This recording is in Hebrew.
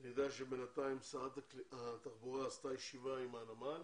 אני יודע שבינתיים שרת התחבורה עשתה ישיבה עם הנמל